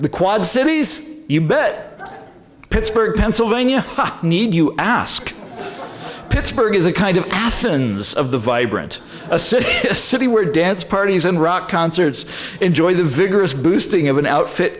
the quad cities you bet pittsburgh pennsylvania need you ask pittsburgh is a kind of athens of the vibrant a city a city where dance parties and rock concerts enjoy the vigorous boosting of an outfit